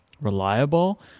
reliable